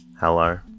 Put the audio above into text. Hello